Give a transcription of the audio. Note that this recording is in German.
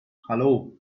hallo